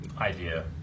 Idea